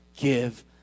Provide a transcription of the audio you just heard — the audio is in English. give